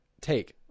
take